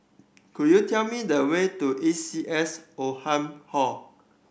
could you tell me the way to A C S Oldham Hall